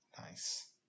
Nice